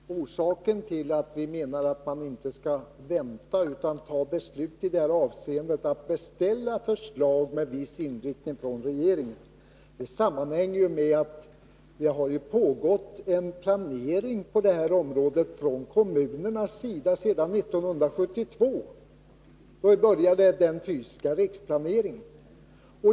Herr talman! Orsaken till att vi i vpk menar att riksdagen inte skall vänta utan fatta beslut nu i det här avseendet — att beställa förslag med viss inriktning från regeringen — sammanhänger med att det ute i kommunerna har pågått en planering på det här området sedan 1972. Då började den fysiska riksplaneringen.